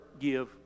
give